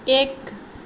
एक